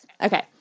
Okay